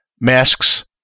Masks